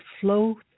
flow